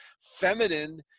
feminine